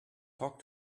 talk